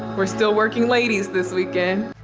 we're still working ladies this weekend.